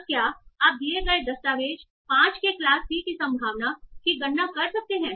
अब क्या आप दिए गए दस्तावेज़ 5 के क्लास c की संभावना की गणना कर सकते हैं